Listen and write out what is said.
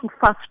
fast